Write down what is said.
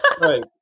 Right